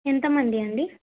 ఎంతమంది అండి